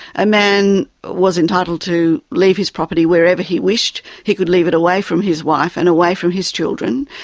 a man was entitled to leave his property wherever he wished he could leave it away from his wife and away from his children.